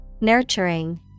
Nurturing